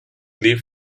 leave